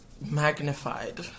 magnified